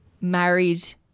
married